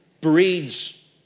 breeds